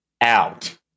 out